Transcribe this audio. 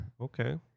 Okay